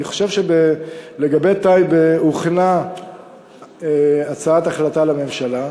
אני חושב שלגבי טייבה הוכנה הצעת החלטה לממשלה,